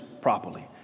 properly